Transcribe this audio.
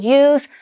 use